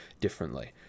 differently